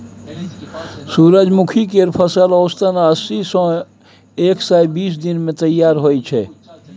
सूरजमुखी केर फसल औसतन अस्सी सँ एक सय बीस दिन मे तैयार होइ छै